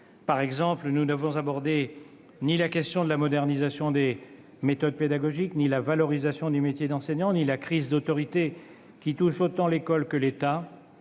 par exemple abordé ni la question de la modernisation des méthodes pédagogiques, ni la valorisation du métier d'enseignant, ni la crise d'autorité qui touche autant l'école que l'État.